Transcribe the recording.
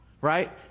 right